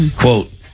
quote